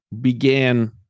began